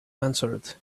answered